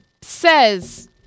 says